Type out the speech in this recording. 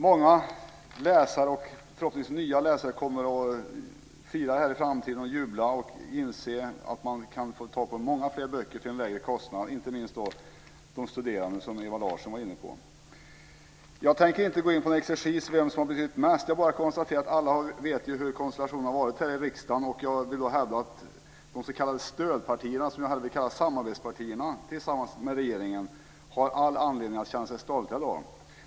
Många läsare, förhoppningsvis också nya läsare, kommer i framtiden att jubla och fira att man kan få tag i böcker till en lägre kostnad, inte minst - som Ewa Larsson var inne på - de studerande. Jag tänker inte gå in på någon exercis om vem som har betytt mest. Jag konstaterar bara att vi alla vet hur konstellationen har sett ut här i riksdagen. Jag vill hävda att de s.k. stödpartierna, som jag vill kalla samarbetspartierna, tillsammans med regeringen har all anledning att känna sig stolta i dag.